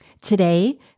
Today